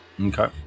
Okay